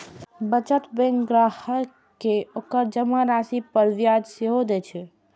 बचत बैंक ग्राहक कें ओकर जमा राशि पर ब्याज सेहो दए छै